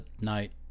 night